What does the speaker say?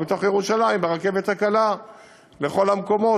ובתוך ירושלים ברכבת הקלה לכל המקומות.